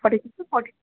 forty six forty